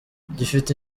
gifite